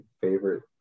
favorite